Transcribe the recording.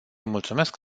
mulțumesc